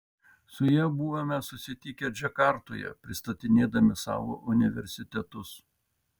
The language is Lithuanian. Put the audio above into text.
su ja buvome susitikę džakartoje pristatinėdami savo universitetus